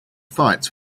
fights